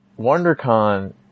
WonderCon